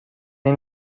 این